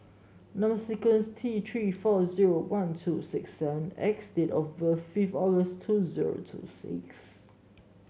number sequence is T Three four zero one two six seven X and date of birth five August two zero two six